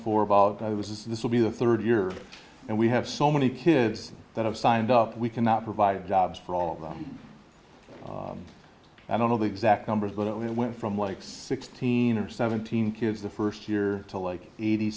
for about oh this is this will be the third year and we have so many kids that have signed up we cannot provide jobs for all of them i don't know the exact numbers but it went from like sixteen or seventeen kids the first year to like eighty